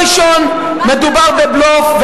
אז דבר ראשון, מדובר בבלוף,